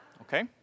Okay